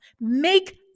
Make